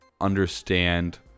understand